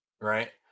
right